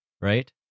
right